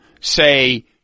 say